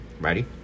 Ready